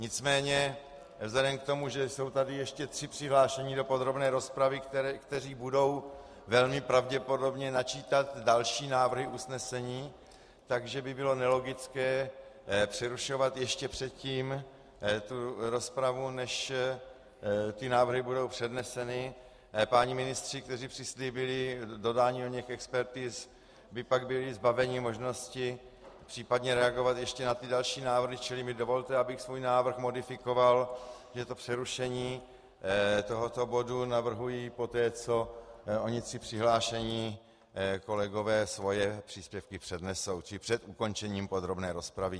Nicméně vzhledem k tomu, že jsou tady ještě tři přihlášení do podrobné rozpravy, kteří budou velmi pravděpodobně načítat další návrhy usnesení, takže by bylo nelogické přerušovat rozpravu ještě předtím, než návrhy budou předneseny, páni ministři, kteří přislíbili dodání oněch expertiz, by pak byli zbaveni možnosti v případně reagovat ještě na další návrhy, dovolte mi, abych svůj návrh modifikoval, že přerušení tohoto bodu navrhuji poté, co tři přihlášení kolegové své příspěvky přednesou, čili před ukončením podrobné rozpravy.